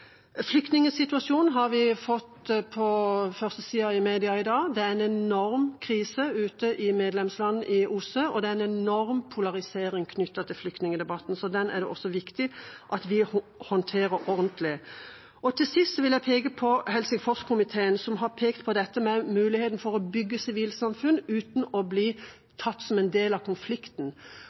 media i dag. Det er en enorm krise i medlemsland i OSSE, og det er en enorm polarisering knyttet til flyktningdebatten. Så den er det også viktig at vi håndterer ordentlig. Helt til sist vil jeg nevne Helsingforskomiteen, som har pekt på muligheten for å bygge sivilsamfunn uten å bli tatt som en del av konflikten.